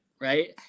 right